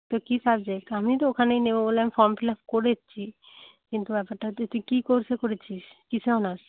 তোর কি সাবজেক্ট আমি তো ওখানেই নেবো বলে আমি ফর্ম ফিল আপ করেছি কিন্তু এত তুই কি কোর্সে করেছিস কিসে অনার্স